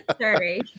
Sorry